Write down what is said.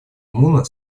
муна